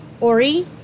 Ori